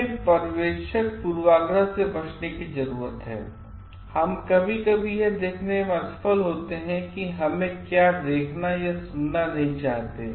हमें पर्यवेक्षक पूर्वाग्रह से बचने की जरूरत है और हम कभी कभी यह देखने में असफल होते हैं कि हम क्या देखना या सुनना नहीं चाहते